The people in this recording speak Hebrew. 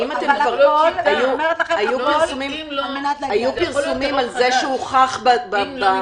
על מנת להגיע אליו.